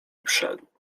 wszedł